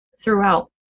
throughout